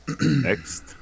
Next